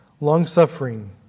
long-suffering